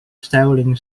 sailing